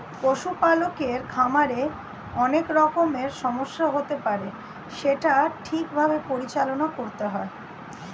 পশু পালকের খামারে অনেক রকমের সমস্যা হতে পারে সেটা ঠিক ভাবে পরিচালনা করতে হয়